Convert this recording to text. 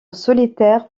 solitaire